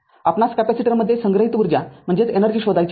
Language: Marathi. आपणास कॅपेसिटरमध्ये संग्रहित उर्जा शोधायची आहे